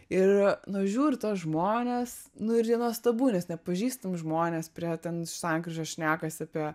ir nužiūriu tuos žmones nu ir jie nuostabu nepažįstami žmonės prie ten sankryžos šnekasi apie